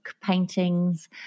paintings